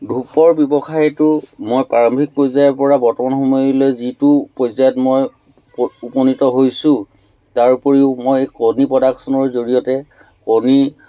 ধূপৰ ব্যৱসায়টো মই প্ৰাৰম্ভিক পৰ্য্য়ায়ৰ পৰা বৰ্তমান সময়লৈ যিটো পৰ্য্য়ায়ত মই উপ উপনীত হৈছোঁ তাৰ উপৰিও মই কণী প্ৰডাকশ্যনৰ জৰিয়তে কণী